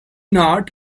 not